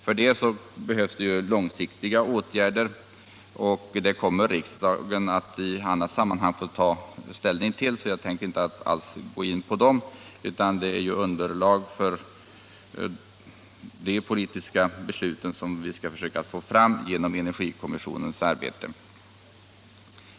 För detta behövs mer långsiktiga åtgärder, som riks dagen i annat sammanhang kommer att få ta ställning till. Jag tänker därför nu inte alls gå in på de åtgärderna. Underlag för dessa politiska beslut skall vi få fram genom energikommissionens arbete.